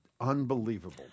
unbelievable